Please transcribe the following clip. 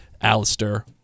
Alistair